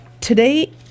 today